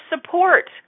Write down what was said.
support